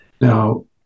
Now